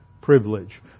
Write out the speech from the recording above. privilege